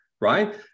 right